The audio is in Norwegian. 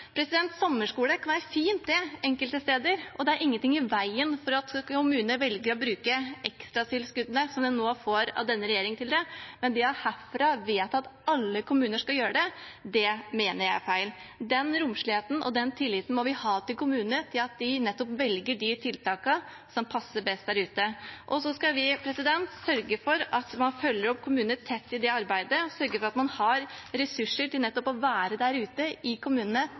Sommerskole kan være fint det, enkelte steder, og det er ingenting i veien for at kommunene velger å bruke ekstratilskuddene som de nå får av denne regjeringen til det, men det å herfra vedta at alle kommuner skal gjøre det, mener jeg er feil. Den romsligheten og den tilliten må vi ha til kommunene, til at de nettopp velger de tiltakene som passer best der ute. Så skal vi sørge for at man følger opp kommunene tett i det arbeidet, og sørge for at man har ressurser til nettopp å være der ute i kommunene,